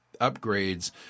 upgrades